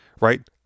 right